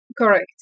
Correct